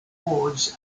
wards